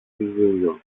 ζήλιω